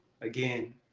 again